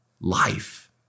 life